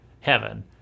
heaven